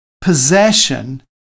possession